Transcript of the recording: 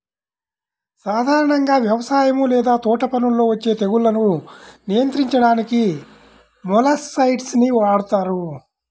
సాధారణంగా వ్యవసాయం లేదా తోటపనుల్లో వచ్చే తెగుళ్లను నియంత్రించడానికి మొలస్సైడ్స్ ని వాడుతారు